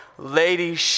Lady